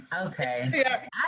Okay